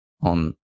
on